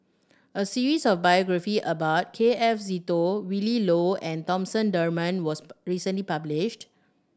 a series of biography about K F Seetoh Willin Low and Thomas Dunman was recently published